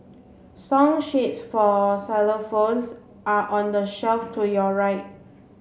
song sheets for xylophones are on the shelf to your right